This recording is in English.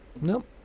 nope